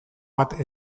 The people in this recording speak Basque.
bat